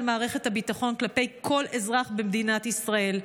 מערכת הביטחון כלפי כל אזרח במדינת ישראל,